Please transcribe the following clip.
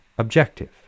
objective